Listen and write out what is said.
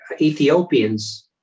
Ethiopians